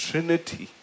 Trinity